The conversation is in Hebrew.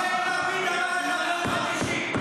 תגיד מה יאיר לפיד אמר עליך ביום חמישי,